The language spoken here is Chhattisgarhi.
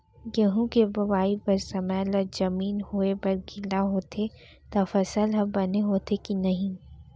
गेहूँ के बोआई बर समय ला जमीन होये बर गिला होथे त फसल ह बने होथे की नही?